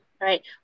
Right